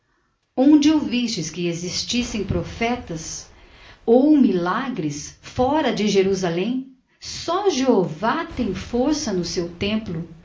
onde ouvistes que existissem profetas ou milagres fora de jerusalém só jeová tem força no seu templo